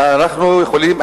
ואנחנו יכולים,